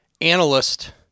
analyst